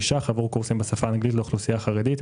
שקלים עבור קורסים בשפה האנגלית לאוכלוסייה החרדית,